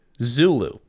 Zulu